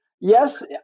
yes